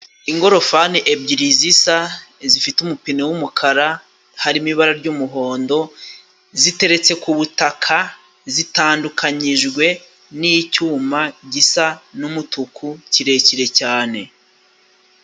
Ingorofani ebyiri zisa zifite umupine w'umukara harimo ibara ry'umuhondo, ziteretse ku butaka, zitandukanyijwe n'icyuma gisa n'umutuku kirekire cyane.